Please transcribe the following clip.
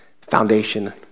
foundation